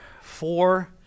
four